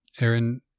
Aaron